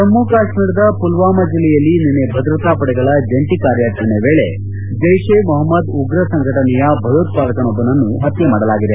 ಜಮ್ನು ಕಾಶ್ಮೀರದ ಪುಲ್ವಾಮ ಜೆಲ್ಲೆಯಲ್ಲಿ ನಿನ್ನೆ ಭದ್ರತಾ ಪಡೆಗಳ ಜಂಟಿ ಕಾರ್ಯಾಚರಣೆ ವೇಳೆ ಜೈತೆ ಮೊಪಮ್ದದ್ ಉಗ್ರ ಸಂಘಟನೆಯ ಭಯೋತ್ಪಾದಕನೊಬ್ಬನನ್ನು ಹತ್ತೆ ಮಾಡಲಾಗಿದೆ